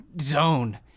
zone